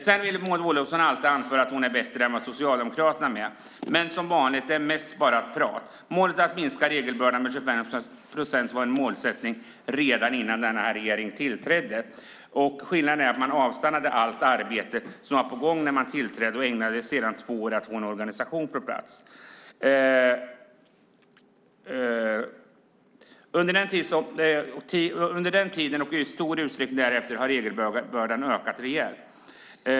Sedan vill Maud Olofsson alltid anföra att hon är bättre än vad Socialdemokraterna är. Men som vanligt är det mest bara prat. Att minska regelbördan med 25 procent var en målsättning redan innan den här regeringen tillträdde. Skillnaden är att allt arbete som var på gång avstannade när den här regeringen tillträdde. Man ägnade sedan två år åt att få en organisation på plats. Under den tiden, och i stor utsträckning därefter, har regelbördan ökat rejält.